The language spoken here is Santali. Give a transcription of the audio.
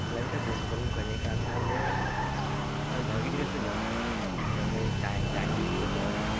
ᱟᱞᱮ ᱢᱤᱫᱴᱮᱱ ᱵᱚᱱᱫᱷᱩ ᱛᱟᱞᱮ ᱞᱮ ᱯᱞᱮᱱᱤᱝ ᱮᱫ ᱛᱟᱦᱮᱸᱫᱼᱟ ᱡᱮ ᱵᱷᱟᱹᱜᱤ ᱡᱤᱱᱤᱥ ᱞᱮ ᱡᱚᱢᱟ ᱡᱚᱢ ᱜᱮ ᱪᱟᱹᱭ ᱪᱟᱭᱱᱤᱡᱽ ᱡᱚᱢ ᱞᱮ ᱡᱚᱢᱟ